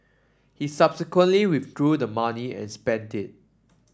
he subsequently withdrew the money and spent it